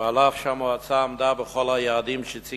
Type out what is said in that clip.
ואף שהמועצה עמדה בכל היעדים שהציב